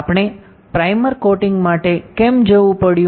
આપણે primer coating માટે કેમ જવું પડ્યું